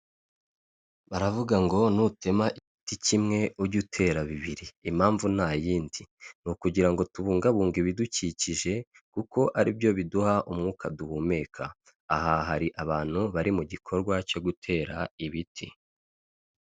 Baravuga ngo nutema igiti kimwe ujye utera bibiri, impamvu nta yindi ni ukugira ngo tubungabunge ibidukikije kuko ari byo biduha umwuka duhumeka. Aha hari abantu bari mu gikorwa cyo gutera ibiti.